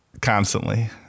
Constantly